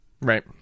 Right